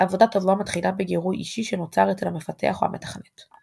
עבודה טובה מתחילה בגירוי אישי שנוצר אצל המפתח או המתכנת.